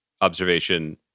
observation